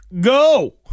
go